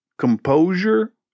Composure